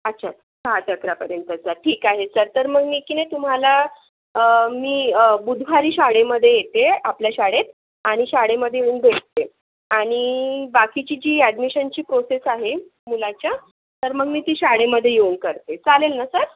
अच्छा सहा ते अकरापर्यंतचा ठीक आहे सर तर मग मी की नाही तुम्हाला मी बुधवारी शाळेमध्ये येते आपल्या शाळेत आणि शाळेमध्ये येऊन भेटते आणि बाकीची जी ॲडमिशनची प्रोसेस आहे मुलाच्या तर मग मी ती शाळेमध्ये येऊन करते चालेल ना सर